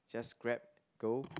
just grab go